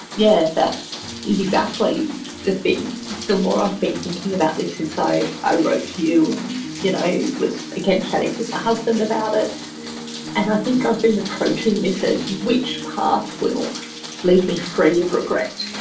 yeah that is exactly the thing the more i've been thinking about this since i i write to you and you know i was i kept telling my husband about it and i think i've been approaching this which path will lead me free of regret.